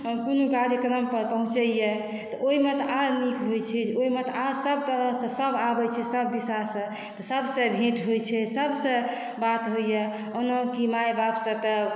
कोनो कार्यक्रम पर पहुँचेया तऽ ओहिमे तऽ आओर नीक होइ छै ओहिमे तऽ आर सभ तरहसँ सभ आबै छै सभ दिशासँ सभसॅं भेट होइ छै सभसॅं बात होइया ओनाकी माय बाप सँ तऽ